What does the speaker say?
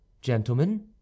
Gentlemen